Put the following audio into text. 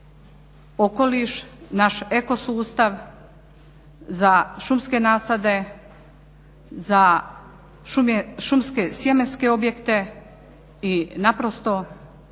naš eko sustav, za šumske nasade, za šumske sjemenske objekte i naprosto